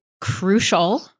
crucial